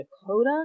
Dakota